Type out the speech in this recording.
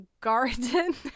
garden